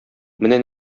менә